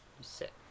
Sit